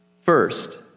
First